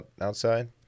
outside